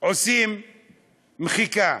עושים מחיקה.